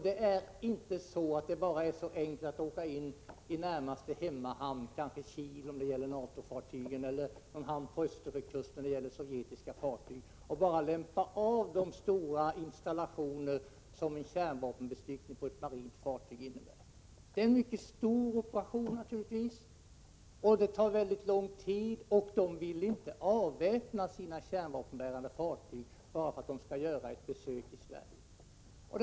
Det är inte så enkelt som att bara åka in i närmaste hemmahamn, t.ex. i Kiel om det handlar om NATO-fartyg eller i en hamn på Östersjökusten om det handlar om sovjetiska fartyg, och lämpa av de stora installationer som en kärnvapenbestyckning på ett marinfartyg innebär. Det är naturligtvis en stor operation och tar väldigt lång tid. Man vill inte avväpna sina kärnvapenbärande fartyg bara därför att man skall göra ett besök i Sverige.